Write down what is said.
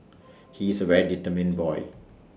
he is A very determined boy